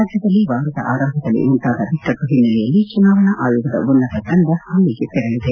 ರಾಜ್ಯದಲ್ಲಿ ವಾರದ ಆರಂಭದಲ್ಲಿ ಉಂಟಾದ ಬಿಕ್ಕಟ್ಟು ಓನ್ನೆಲೆಯಲ್ಲಿ ಚುನಾವಣಾ ಆಯೋಗದ ಉನ್ನತ ತಂಡ ಅಲ್ಲಿಗೆ ತೆರಳಿದೆ